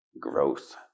growth